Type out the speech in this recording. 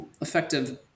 effective